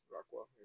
Rockwell